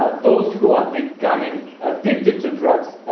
those who are becoming addicted to drugs,